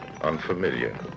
unfamiliar